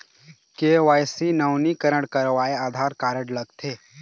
KYC नवीनीकरण करवाये Aadhaar card लगथे?